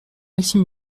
maxime